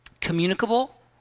communicable